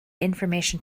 information